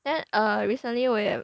then err recently 我也